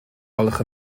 gwelwch